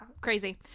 Crazy